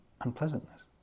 unpleasantness